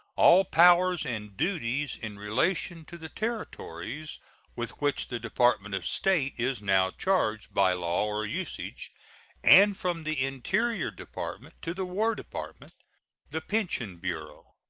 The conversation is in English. all powers and duties in relation to the territories with which the department of state is now charged by law or usage and from the interior department to the war department the pension bureau,